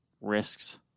risks